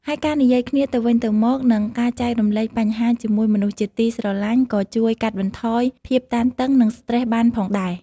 ហើយការនិយាយគ្នាទៅវិញទៅមក និងការចែករំលែកបញ្ហាជាមួយមនុស្សជាទីស្រឡាញ់ ក៏ជួយកាត់បន្ថយភាពតានតឹង និងស្ត្រេសបានផងដែរ។